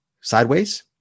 sideways